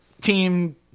team